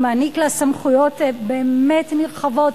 הוא מעניק לה סמכויות באמת נרחבות,